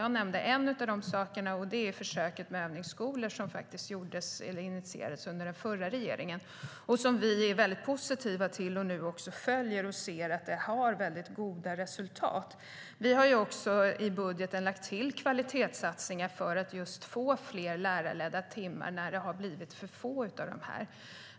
Jag nämnde en av de sakerna, och det är försöket med övningsskolor som initierades under den förra regeringen. Vi är positiva till det, följer det och ser att det har goda resultat. Vi har också i budgeten lagt till kvalitetssatsningar för att få fler lärarledda timmar, vilket det har blivit för få av.